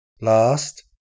Last